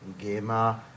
Gema